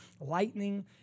lightning